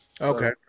Okay